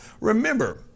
remember